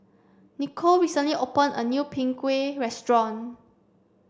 Nicole recently opened a new Png Kueh restaurant